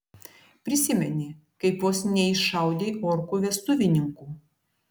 prisimeni kaip vos neiššaudei orkų vestuvininkų